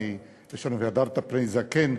מלשון "והדרת פני זקן",